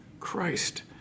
Christ